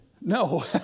No